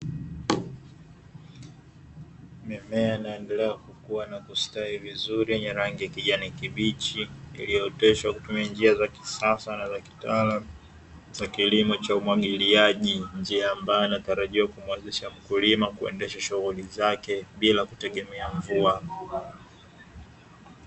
Mimea inayoendelea kukua na kustawi vizuri yenye rangi ya kijani kibichi iliyooteshwa kwa njia za kisasa za kilimo cha umwagiliaji, njia ambayo inatarajiwa kumuwezesha mkulima kuendesha shughuli zake bila kutegemea mvua.